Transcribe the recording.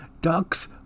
Ducks